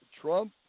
Trump